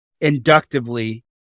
inductively